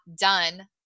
done